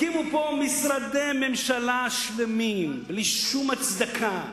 הקימו פה משרדי ממשלה שלמים בלי שום הצדקה.